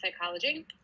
psychology